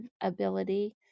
ability